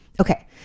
Okay